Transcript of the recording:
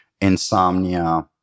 insomnia